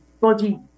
body